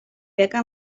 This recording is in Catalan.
peca